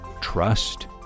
trust